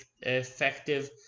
effective